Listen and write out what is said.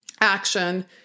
action